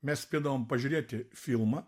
mes spėdavom pažiūrėti filmą